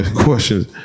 questions